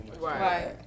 Right